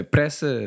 Pressa